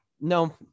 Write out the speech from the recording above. no